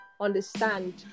understand